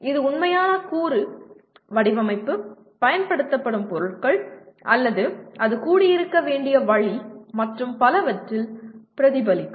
எனவே இது உண்மையான கூறு வடிவமைப்பு பயன்படுத்தப்படும் பொருட்கள் அல்லது அது கூடியிருக்க வேண்டிய வழி மற்றும் பலவற்றில் பிரதிபலிக்கும்